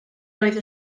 roedd